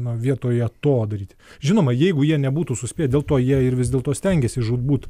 na vietoje to daryt žinoma jeigu jie nebūtų suspėję dėl to jie ir vis dėlto stengiasi žūtbūt